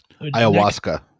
Ayahuasca